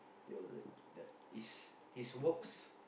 it's his works